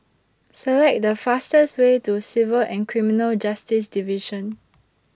Select The fastest Way to Civil and Criminal Justice Division